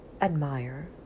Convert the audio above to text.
admire